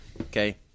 okay